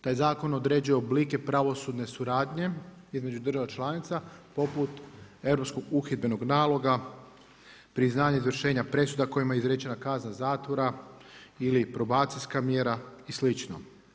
Taj zakon određuje oblike pravosudne suradnje između država članica poput Europskog uhidbenog naloga, priznanje izvršenja presuda kojima je izrečena kazna zatvora ili probacijska mjera i slično.